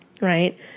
right